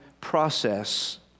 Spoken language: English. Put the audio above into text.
process